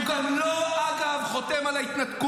אגב, הוא גם לא חותם על ההתנתקות.